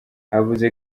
habuze